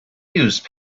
use